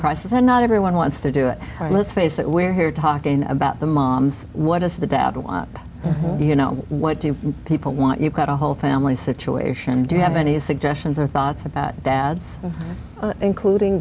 crisis and not everyone wants to do it let's face it we're here talking about the moms what does the dad want you know what do people want you've got a whole family situation do you have any suggestions or thoughts about dads including